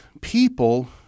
people